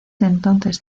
entonces